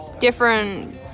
different